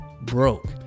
broke